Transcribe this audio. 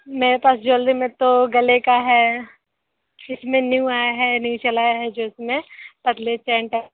मेरे पास ज्वेलरी में तो गले का है इसमें न्यू आया है न्यू चला है जो इसमें पतले चेन का